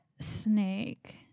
Snake